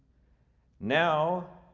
now,